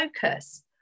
focus